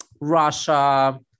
Russia